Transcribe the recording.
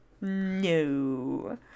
No